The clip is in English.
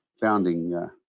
founding